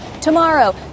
tomorrow